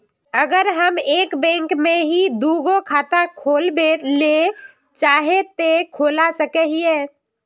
अगर हम एक बैंक में ही दुगो खाता खोलबे ले चाहे है ते खोला सके हिये?